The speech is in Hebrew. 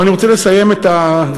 אבל אני רוצה לסיים את הדברים,